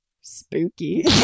Spooky